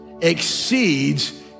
exceeds